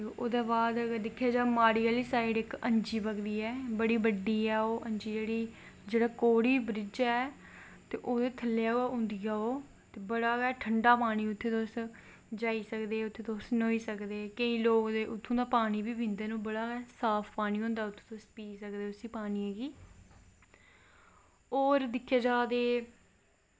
शिव जी कृष्ण जी बलराम जी ते सुभद्रा उंदी भैन एह् सब आखदे न कि अज्ज बी आखदे न जो श्री कृष्ण जी दी मूर्ती ऐ उस च उंदा दिल धड़कदा ऐ ते जिसलै पंडित ओह् चेंज करदे न ते दिल उंदा बदलदे न दिल उंदा ते सारे सीटी दी बत्ती बंद होई जंदी ऐ ते अक्खां बिच्च पंडित बत्तियां बंधिये पट्टा बनदे न ते उंदा दिल